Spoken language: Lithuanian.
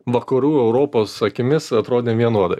vakarų europos akimis atrodėm vienodai